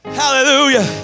hallelujah